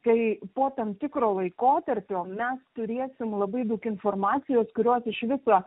kai po tam tikro laikotarpio mes turėsim labai daug informacijos kurios iš viso